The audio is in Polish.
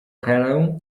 helę